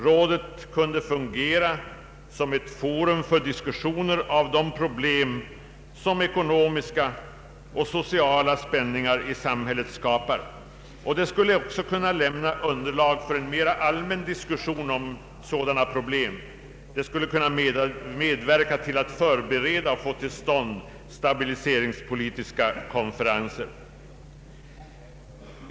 Rådet kunde fungera som ett forum för diskussioner av de problem som ekonomiska och sociala spänningar i samhället skapar. Det skulle även kunna lämna underlag för en mera allmän diskussion om dessa problem, och det skulle kunna medverka till att få till stånd stabiliseringspolitiska konferenser.